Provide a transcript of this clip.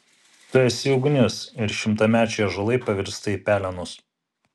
tu esi ugnis ir šimtamečiai ąžuolai pavirsta į pelenus